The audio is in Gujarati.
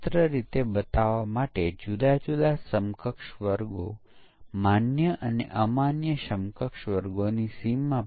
અને બીજી રીતમાં ભૂલો પ્રોગ્રામને આપવામાં આવે છે અને જોવામાં આવે છે કે ભૂલો શોધી કાઢવામાં આવી છે કે નહીં અને જેટલી ભૂલો મળે તેની ટકાવારી એ પરીક્ષણની સંપૂર્ણતાસૂચવે છે